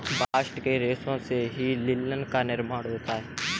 bast के रेशों से ही लिनन का भी निर्माण होता है